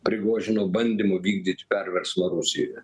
prigožino bandymo vykdyt perversmą rusijoje